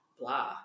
blah